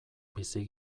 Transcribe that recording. bizi